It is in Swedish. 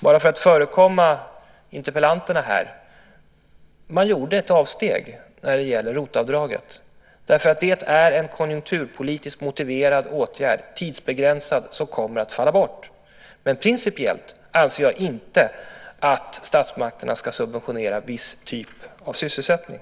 Bara för att förekomma interpellanterna här gjorde man ett avsteg när det gällde ROT-avdraget, därför att det är en konjunkturpolitiskt motiverad åtgärd, tidsbegränsad, som kommer att falla bort. Men principiellt anser jag inte att statsmakterna ska subventionera viss typ av sysselsättning.